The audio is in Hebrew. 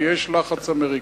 כי יש לחץ אמריקני.